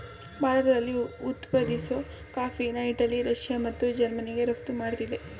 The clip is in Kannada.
ಭಾರತದಲ್ಲಿ ಉತ್ಪಾದಿಸೋ ಕಾಫಿನ ಇಟಲಿ ರಷ್ಯಾ ಮತ್ತು ಜರ್ಮನಿಗೆ ರಫ್ತು ಮಾಡ್ತಿದೆ